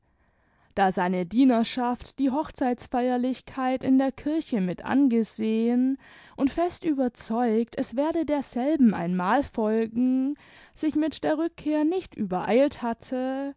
da seine dienerschaft die hochzeitsfeierlichkeit in der kirche mit angesehen und fest überzeugt es werde derselben ein mal folgen sich mit der rückkehr nicht übereilt hatte